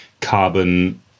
carbon